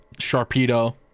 Sharpedo